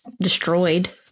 destroyed